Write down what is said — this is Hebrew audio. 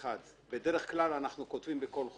בדרך כלל אנחנו כותבים בכל חוק: